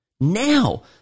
Now